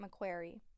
Macquarie